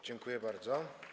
Dziękuję bardzo.